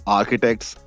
architects